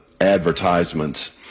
advertisements